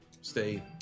stay